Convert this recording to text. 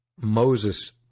Moses